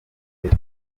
neza